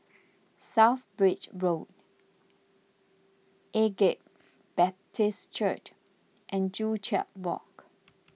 South Bridge Road Agape Baptist Church and Joo Chiat Walk